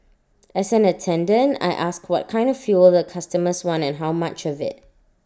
as an attendant I ask what kind of fuel the customers want and how much of IT